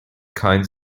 kinds